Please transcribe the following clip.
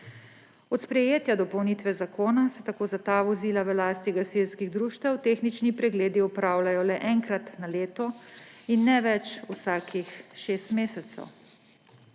Od sprejetja dopolnitve zakona se tako za ta vozila v lasti gasilskih društev tehnični pregledi opravljajo le enkrat na leto in ne več vsakih šest mesecev.